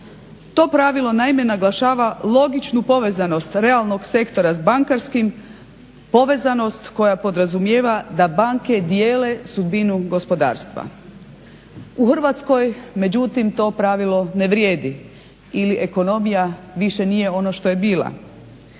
To pravilo naime naglašava logičnu povezanost realnog sektora s bankarskim, povezanost koja podrazumijeva da banke dijele sudbinu gospodarstva. U Hrvatskoj, međutim to pravilo ne vrijedi ili ekonomija više nije ono što je bila.